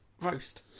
roast